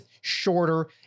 shorter